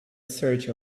search